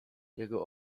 jego